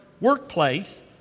workplace